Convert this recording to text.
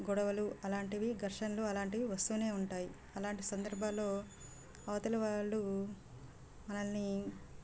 గొడవలు అలాంటివి ఘర్షణలు అలాంటివి వస్తు ఉంటాయి అలాంటి సందర్భాల్లో అవతలి వాళ్ళు మనల్ని